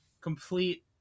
complete